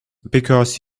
because